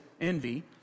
envy